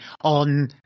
on